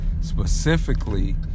specifically